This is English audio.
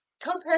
topaz